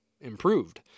improved